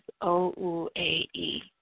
O-U-A-E